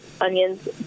onions